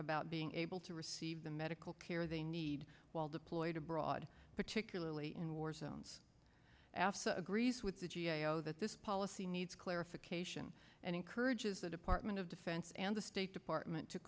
about being able to receive the medical care they need while deployed abroad particularly in war zones after agrees with the g a o that this policy needs clarification and encourages the department of defense and the state department to